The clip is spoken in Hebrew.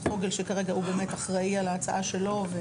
פוגל שכרגע הוא באמת אחראי על ההצעה שלו.